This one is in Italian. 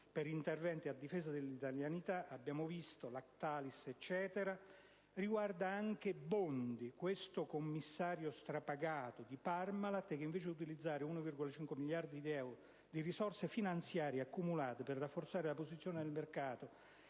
per interventi a difesa dell'italianità - abbiamo visto Lactalis e altro ancora - riguarda anche Bondi. Mi riferisco al commissario strapagato di Parmalat, che, invece di utilizzare 1,5 miliardi di euro di risorse finanziarie accumulate per rafforzare la posizione di mercato